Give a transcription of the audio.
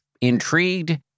intrigued